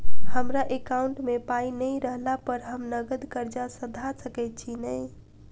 हमरा एकाउंट मे पाई नै रहला पर हम नगद कर्जा सधा सकैत छी नै?